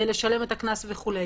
לשלם את הקנס וכו'.